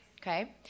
Okay